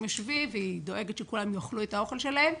הם יושבים והיא דואגת שכולם יאכלו את האוכל שלהם,